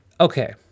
Okay